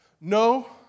No